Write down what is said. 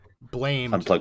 blame